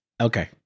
Okay